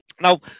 Now